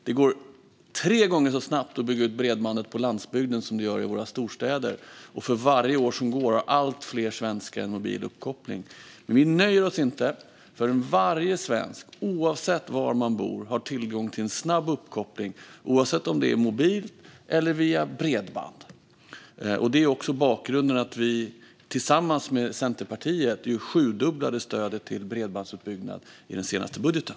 Det går tre gånger så snabbt att bygga ut bredbandet på landsbygden som det gör i våra storstäder. Och för varje år som går har allt fler svenskar en mobil uppkoppling. Men vi nöjer oss inte förrän varje svensk, oavsett var man bor, har tillgång till en snabb uppkoppling - mobilt eller via bredband. Det är också bakgrunden till att vi tillsammans med Centerpartiet sjudubblade stödet till bredbandsutbyggnad i den senaste budgeten.